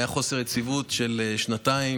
היה חוסר יציבות של שנתיים,